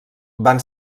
van